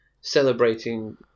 celebrating